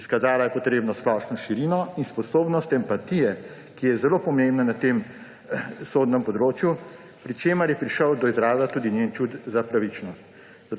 Izkazala je potrebno splošno širino in sposobnost empatije, ki je zelo pomembna na tem sodnem področju, pri čemer je prišel do izraza tudi njen čut za pravičnost.